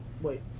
wait